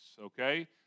okay